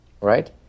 right